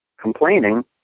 complaining